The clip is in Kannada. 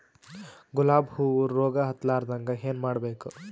ಗುಲಾಬ್ ಹೂವು ರೋಗ ಹತ್ತಲಾರದಂಗ ಏನು ಮಾಡಬೇಕು?